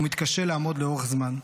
ומתקשה לעמוד לאורך זמן,